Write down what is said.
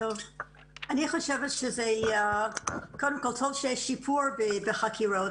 אני חושבת שקודם כול טוב שיש שיפור בחקירות.